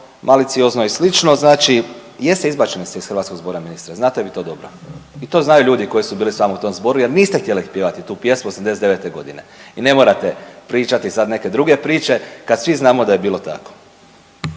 maliciozno i slično, znači jeste izbačeni ste iz hrvatskog zbora ministre znate vi to dobro i to znaju ljudi koji su bili s vama u tom zboru jer niste htjeli pjevati tu pjesmu '89.g. i ne morate pričati sad neke druge priče kad svi znamo da je bilo tako.